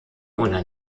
oder